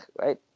right